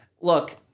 look